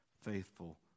Faithful